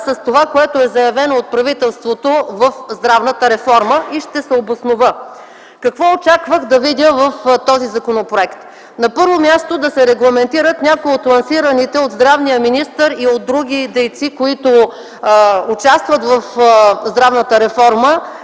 противоречие със заявеното от правителството за здравната реформа. Ще се обоснова. Какво очаквах да видя в този законопроект? На първо място, да се регламентират някои от лансираните от здравния министър и от други дейци, които участват в здравната реформа,